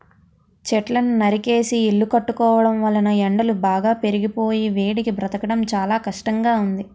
చెట్లను నరికేసి ఇల్లు కట్టుకోవడం వలన ఎండలు బాగా పెరిగిపోయి వేడికి బ్రతకడం కష్టంగా ఉంది